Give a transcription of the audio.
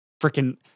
freaking